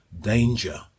danger